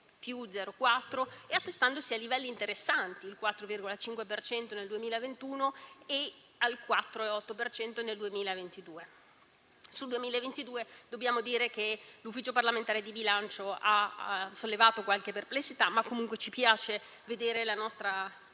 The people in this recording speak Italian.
e attestandosi a livelli interessanti: il 4,5 per cento nel 2021 e il 4,8 per cento nel 2022. Sul 2022 dobbiamo dire che l'Ufficio parlamentare di bilancio ha sollevato qualche perplessità, ma comunque ci piace vedere questa